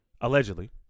allegedly